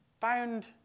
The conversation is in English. found